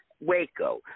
Waco